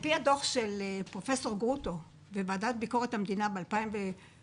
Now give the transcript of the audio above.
הדוח של פרופ' גרוטו בוועדה לביקורת המדינה ב-2014,